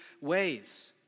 ways